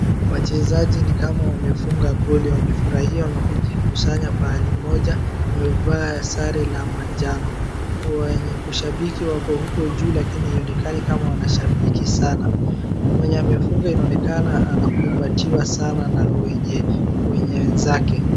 Wachezaji ni kama wamefunga goli, wamefurahia, wamekujikusanya pahali moja, wamevaa sare la manjano. Wenye kushabiki wako huko juu lakini ionekani kama wanashabiki sana. Mwenye amefunga inaonekana anakumbatiwa sana na wenye-wenye wenzake.